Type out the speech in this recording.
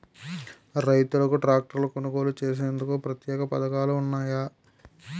రైతులకు ట్రాక్టర్లు కొనుగోలు చేసేందుకు ప్రత్యేక పథకాలు ఉన్నాయా?